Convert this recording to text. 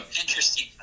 Interesting